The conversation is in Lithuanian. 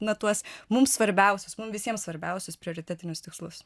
na tuos mums svarbiausius mum visiem svarbiausius prioritetinius tikslus